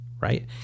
right